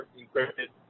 encrypted